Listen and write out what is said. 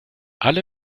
alle